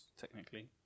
technically